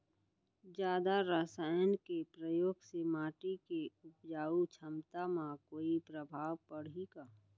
जादा रसायन के प्रयोग से माटी के उपजाऊ क्षमता म कोई प्रभाव पड़ही का?